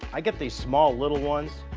i get these small, little ones.